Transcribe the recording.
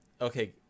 okay